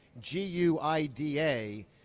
G-U-I-D-A